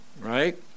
Right